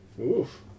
Oof